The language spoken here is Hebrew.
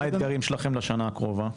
מה האתגרים שלכם לשנה הקרובה?